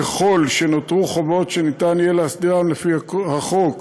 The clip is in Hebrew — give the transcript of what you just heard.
ככל שנותרו חובות שניתן היה להסדירם לפי החוק